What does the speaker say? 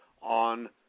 on